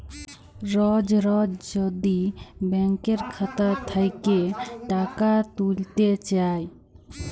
রজ রজ যদি ব্যাংকের খাতা থ্যাইকে টাকা ত্যুইলতে চায়